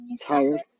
tired